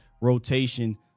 rotation